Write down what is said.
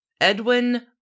Edwin